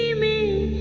me